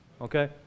okay